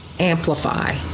Amplify